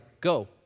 go